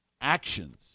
actions